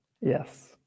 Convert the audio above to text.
Yes